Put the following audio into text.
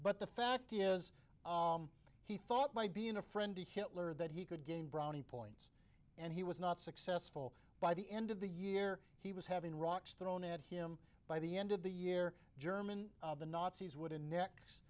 but the fact is he thought might be in a friend of hitler that he could gain brownie points and he was not successful by the end of the year he was having rocks thrown at him by the end of the year german the nazis would